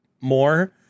more